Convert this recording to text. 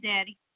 daddy